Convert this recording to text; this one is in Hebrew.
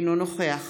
אינו נוכח